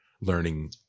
learning